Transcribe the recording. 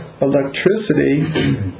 electricity